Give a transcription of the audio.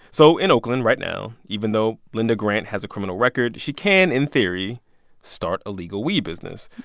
so in oakland right now, even though linda grant has a criminal record, she can in theory start a legal weed business.